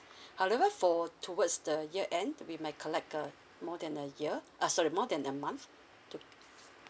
however for towards the year end we might collect uh more than a year uh sorry more than a month to